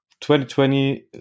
2020